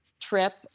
trip